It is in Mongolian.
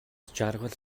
жаргал